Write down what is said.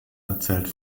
erzählt